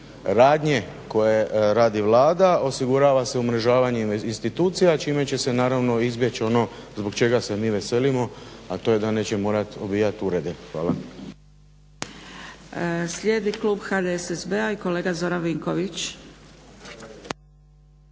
radnje koje radi Vlada osigurava se umrežavanje institucija čime će se naravno izbjeći ono zbog čega se mi veselimo, a to da nećemo morati obijat urede. Hvala. **Zgrebec, Dragica (SDP)** Slijedi klub HDSSB-a i kolega Zoran Vinković.